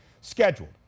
scheduled